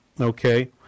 okay